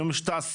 היום יש תעשייה,